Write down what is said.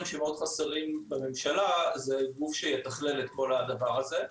שמאוד חסרים בממשלה זה גוף שיתכלל את כל הדבר הזה.